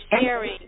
sharing